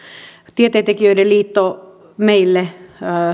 tieteentekijöiden liitto on meille